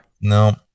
no